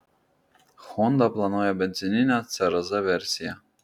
honda planuoja benzininę cr z versiją